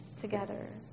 together